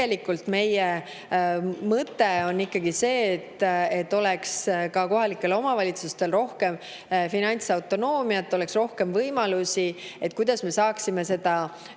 Tegelikult meie mõte on ikkagi see, et ka kohalikel omavalitsustel oleks rohkem finantsautonoomiat, oleks rohkem võimalusi, ja kuidas me saaksime seda kõike